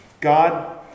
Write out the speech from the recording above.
God